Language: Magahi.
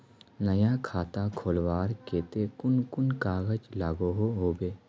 नया खाता खोलवार केते कुन कुन कागज लागोहो होबे?